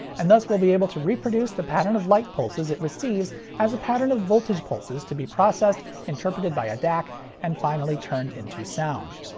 and thus will be able to reproduce the pattern of light pulses it receives as a pattern of voltage pulses to be processed, interpreted by a dac and finally turned into sound.